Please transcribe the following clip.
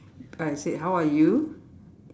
I said how are you